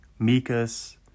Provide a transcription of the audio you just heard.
Mikas